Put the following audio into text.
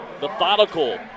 methodical